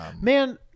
Man